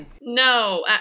no